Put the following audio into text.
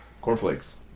Cornflakes